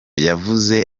yavuze